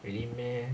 really meh